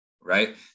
right